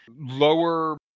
lower